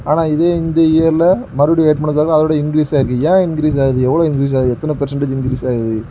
ஆனால் இதே இந்த இயரில் மறுபடியும் வேட்பு மனு தாக்கல் அதோடு இன்க்ரீஸ் ஆகிருக்கு ஏன் இன்க்ரீஸ் ஆகுது எவ்வளோ இன்க்ரீஸ் ஆகிருக்கு எத்தனை பர்சென்ட்டேஜ் இன்க்ரீஸாகுது